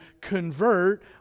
convert